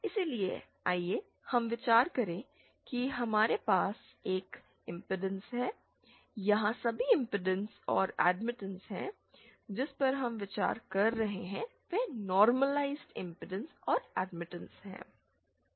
इसलिए आइए हम विचार करें कि हमारे पास एक इम्पीडेंस है यहाँ सभी इम्पीडेंस और एडमिट्स हैं जिन पर हम विचार कर रहे हैं वे नॉर्मलआईजड इम्पीडेंस और एडमिटेंस हैं